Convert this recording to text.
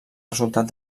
resultat